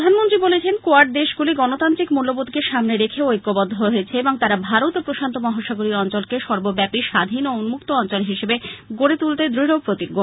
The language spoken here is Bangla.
প্রধানমন্ত্রী নরেন্দ্র মোদী বলেছেন কোয়াড দেশগুলি গণতান্ত্রিক মুল্যবোধকে সামনে রেখে ঐক্যবব্ধ হয়েছে এবং তারা ভারত ও প্রশান্ত মহাসাগরীয় অঞ্চলকে সর্বব্যাপী স্বাধীন ও উন্মক্ত অঞ্চল হিসাবে গড়ে তুলতে দৃঢ় প্রতিজ্ঞ